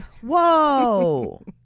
whoa